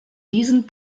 diesen